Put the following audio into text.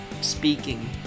speaking